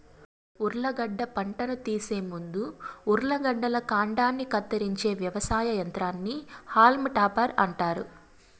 ఉర్లగడ్డ పంటను తీసే ముందు ఉర్లగడ్డల కాండాన్ని కత్తిరించే వ్యవసాయ యంత్రాన్ని హాల్మ్ టాపర్ అంటారు